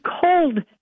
cold